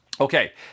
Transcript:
Okay